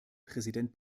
präsident